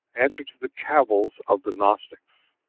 answer to the cavils of the gnostics.